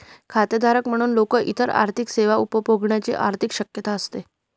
खातेधारक म्हणून लोक इतर आर्थिक सेवा उपभोगण्याची अधिक शक्यता असते